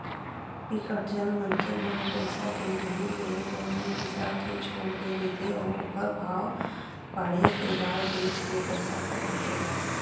बिकट झन मनखे मन पइसा के रेहे ले जमीन बिसा के छोड़ दे रहिथे अउ ओखर भाव बाड़हे के बाद बेच के पइसा कमाथे